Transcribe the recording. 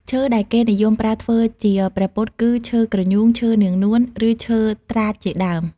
ឈើដែលគេនិយមប្រើធ្វើជាព្រះពុទ្ធគឺ ឈើគ្រញូង ឈើនាងនួន ឬឈើត្រាចជាដើម។